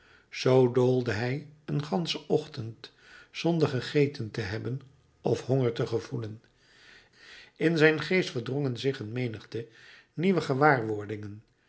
zoo doolde hij een ganschen ochtend zonder gegeten te hebben of honger te gevoelen in zijn geest verdrongen zich een menigte nieuwe gewaarwordingen